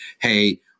hey